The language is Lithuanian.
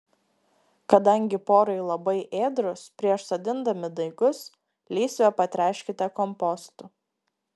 kadangi porai labai ėdrūs prieš sodindami daigus lysvę patręškite kompostu